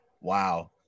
Wow